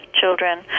children